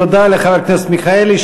תודה לחבר הכנסת מיכאלי.